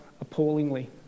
appallingly